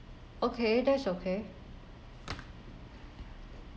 okay that's okay